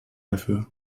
dafür